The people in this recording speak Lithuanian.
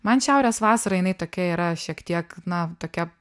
man šiaurės vasara jinai tokia yra šiek tiek na tokia